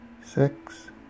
six